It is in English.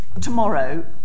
tomorrow